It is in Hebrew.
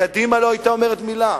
קדימה לא היתה אומרת מלה.